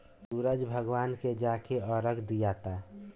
सूरज भगवान के जाके अरग दियाता